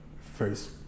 first